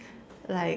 like